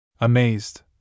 Amazed